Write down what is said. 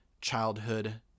childhood